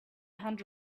hunt